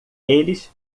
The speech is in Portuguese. eles